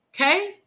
Okay